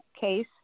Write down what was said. case